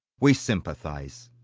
we sympathise.